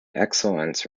excellence